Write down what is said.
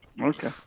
Okay